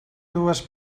dues